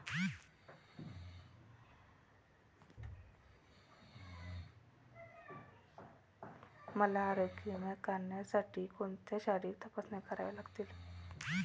मला आरोग्य विमा काढण्यासाठी कोणत्या शारीरिक तपासण्या कराव्या लागतील?